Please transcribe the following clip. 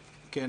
בבקשה.